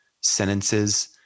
sentences